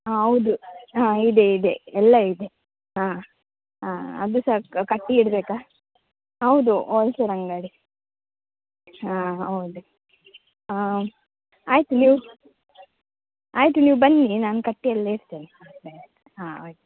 ಹಾಂ ಹೌದು ಹಾಂ ಇದೆ ಇದೆ ಎಲ್ಲ ಇದೆ ಹಾಂ ಹಾಂ ಅದು ಸಹ ಕಟ್ಟಿ ಇಡಬೇಕಾ ಹೌದು ಓಲ್ಸೇಲ್ ಅಂಗಡಿ ಹಾಂ ಹೌದು ಹಾಂ ಆಯಿತು ನೀವು ಆಯಿತು ನೀವು ಬನ್ನಿ ನಾನು ಕಟ್ಟಿ ಎಲ್ಲ ಇಡ್ತೇನೆ ಹಾಂ ಆಯ್ತು